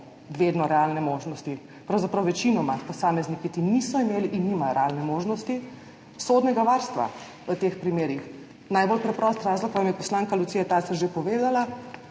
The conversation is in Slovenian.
vedno realne možnosti, pravzaprav večinoma posamezniki te niso imeli in nimajo realne možnosti sodnega varstva v teh primerih. Najbolj preprost razlog vam je poslanka Lucija Tacer že povedala,